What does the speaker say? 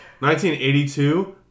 1982